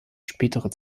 spätere